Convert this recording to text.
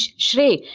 she